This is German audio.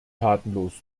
tatenlos